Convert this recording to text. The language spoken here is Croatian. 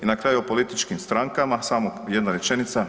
I na kraju o političkim strankama samo jedna rečenica.